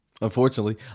Unfortunately